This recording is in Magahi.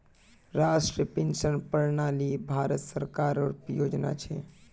राष्ट्रीय पेंशन प्रणाली भारत सरकारेर योजना छ